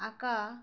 আঁকা